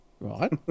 right